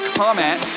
comment